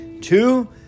Two